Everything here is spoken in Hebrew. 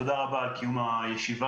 תודה רבה על קיום הישיבה.